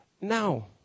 now